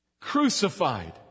crucified